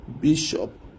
bishop